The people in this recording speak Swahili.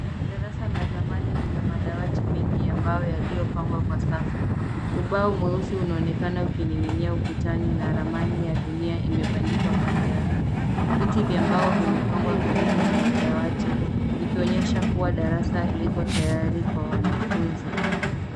Darasa la zamani lina madawati mengi ya mbao yaliyopangwa kwa safu. Ubao mweusi unaonekana ukining'inia ukutani na ramani ya dunia imebandikwa kando yake. Viti vya mbao vimepangwa karibu na madawati, vikionyesha kuwa darasa liko tayari kwa mwanafunzi.